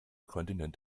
kontinent